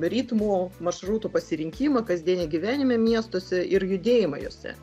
ritmo maršrutų pasirinkimą kasdienį gyvenimą miestuose ir judėjimą juose